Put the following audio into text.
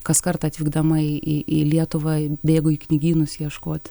kaskart atvykdama į į į lietuvą bėgu į knygynus ieškot